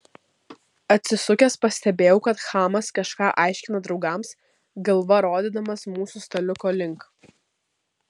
atsisukęs pastebėjau kad chamas kažką aiškina draugams galva rodydamas mūsų staliuko link